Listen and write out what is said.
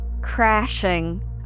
crashing